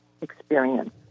experience